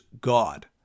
God